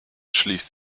schließt